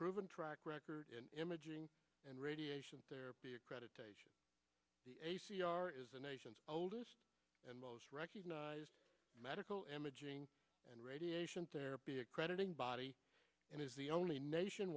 proven track record in imaging and radiation therapy accreditation a c r is the nation's oldest and most recognized medical imaging and radiation therapy accrediting body and is the only nation